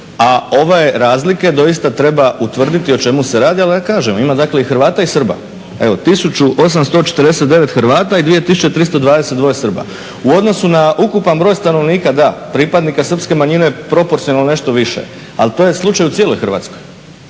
a ove razlike doista treba utvrditi o čemu se radi, ali ja kažem, ima dakle i Hrvata i Srba. Evo, 1849 Hrvata i 2322 Srba. U odnosu na ukupan broj stanovnika, da, pripadnika srpske manjine je proporcionalno nešto više, ali to je slučaj u cijeloj Hrvatskoj,